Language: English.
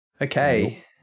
okay